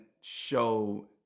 show